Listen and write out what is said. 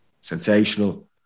sensational